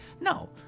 No